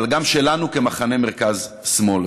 אבל גם שלנו כמחנה מרכז-שמאל.